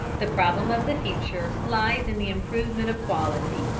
the problem of the future lies in the improvement of quality,